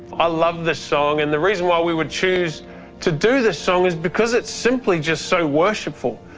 i love this song and the reason why we would choose to do this song is because it's simply just so worshipful.